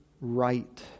right